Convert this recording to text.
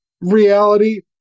reality